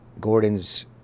Gordon's